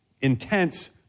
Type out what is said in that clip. intense